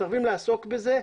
מסרבים לעסוק בזה.